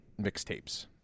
mixtapes